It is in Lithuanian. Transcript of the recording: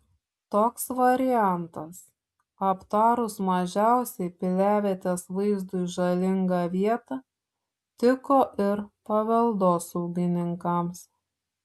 toks variantas aptarus mažiausiai piliavietės vaizdui žalingą vietą tiko ir paveldosaugininkams